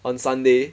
on sunday